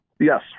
Yes